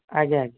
ଆଜ୍ଞା ଆଜ୍ଞା